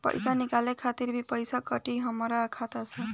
पईसा निकाले खातिर भी पईसा कटी हमरा खाता से?